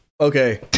okay